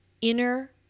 inner